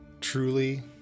truly